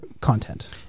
content